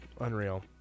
Unreal